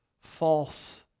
false